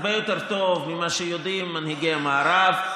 הרבה יותר טוב ממה שיודעים מנהיגי המערב,